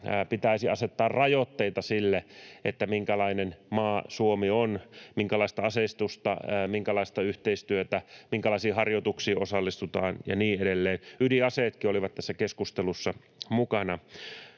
pitäisi asettaa rajoitteita sille, minkälainen maa Suomi on: minkälaista aseistusta, minkälaista yhteistyötä, minkälaisiin harjoituksiin osallistutaan ja niin edelleen. Ydinaseetkin olivat tässä keskustelussa mukana.